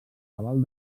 cabal